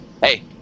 hey